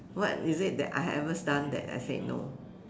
what you said that I haven't done that I said no